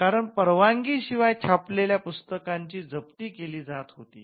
कारण परवानगी शिवाय छापलेल्या पुस्तकांची जप्ती केली जात होती